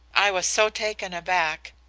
i was so taken aback,